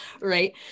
right